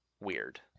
weird